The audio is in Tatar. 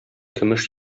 көмеш